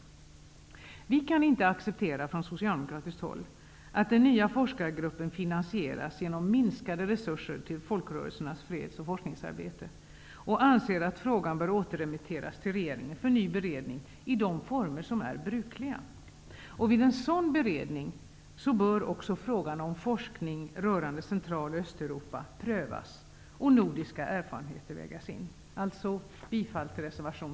Från socialdemokratiskt håll kan vi inte acceptera att den nya forskargruppen finansieras genom minskade resurser till folkrörelsernas freds och forskningsarbete och anser att frågan bör återremitteras till regeringen för ny beredning i de former som är brukliga. Vid en sådan beredning bör också frågan om forskning rörande Centraloch Östeuropa prövas och nordiska erfarenheter vägas in.